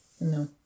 No